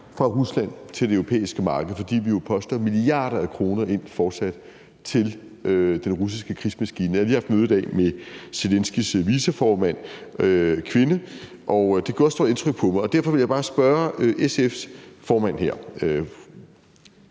fra Rusland til det europæiske marked, fordi vi jo fortsat poster milliarder af kroner i den russiske krigsmaskine. Jeg har lige haft møde i dag med Zelenskyjs viceformand, en kvinde, og det gjorde et stort indtryk på mig. Derfor vil jeg bare spørge SF's formand her: